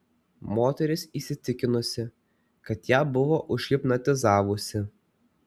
moteris įsitikinusi kad ją buvo užhipnotizavusi